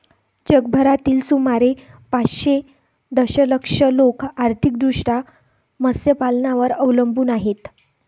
जगभरातील सुमारे पाचशे दशलक्ष लोक आर्थिकदृष्ट्या मत्स्यपालनावर अवलंबून आहेत